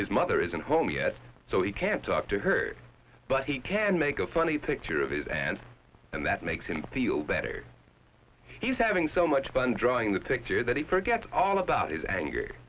his mother isn't home yet so he can't talk to her but he can make a funny picture and that makes him feel better he's having so much fun drawing the picture that he forgets all about his ang